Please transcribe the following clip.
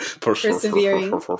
Persevering